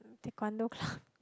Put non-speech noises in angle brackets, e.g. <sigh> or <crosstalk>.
taekwondo club <breath>